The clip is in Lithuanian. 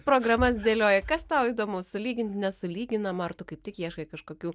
programas dėlioji kas tau įdomu sulygint nesulyginama ar tu kaip tik ieškai kažkokių